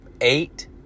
eight